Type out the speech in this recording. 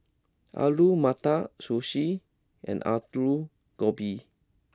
Alu Matar Sushi and Alu Gobi